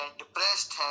depressed